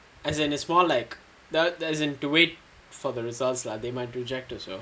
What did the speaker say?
as in it's more like that is they have wait for the results ah they might reject also